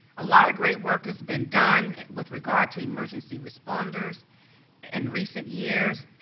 a lot of great work has been done with regard to emergency responders and recent years,